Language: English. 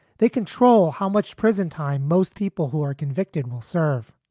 they control how much prison time most people who are convicted will serve.